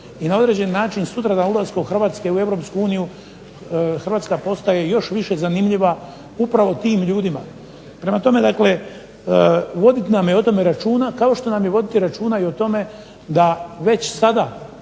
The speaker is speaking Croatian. i na određeni način sutradan ulaskom Hrvatske u Europsku uniju Hrvatska postaje još više zanimljiva upravo tim ljudima. Prema tome dakle voditi nam je o tome računa, kao što nam je voditi računa i o tome da već sada